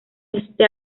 este